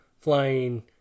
Flying